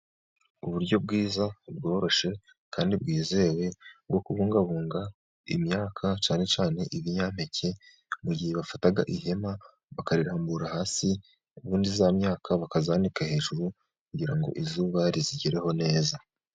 Uburyo bwiza bworoshye kandi bwizewe bwo kubungabunga imyaka cyane cyane ibinyampeke, mu gihe bafata ihema bakarambura hasi ubundi ya myaka bakayanika hejuru, kugira ngo izuba riyigereho neza.